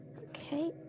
Okay